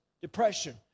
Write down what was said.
Depression